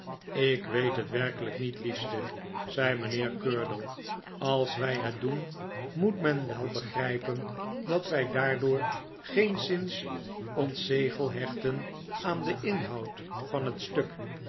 ik weet het werkelijk niet liefste zei mijnheer curdle als wij het doen moet men wel begrijpen dat wij daardoor geenszins ons zegel hechten aan den inhoud van het stuk